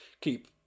keep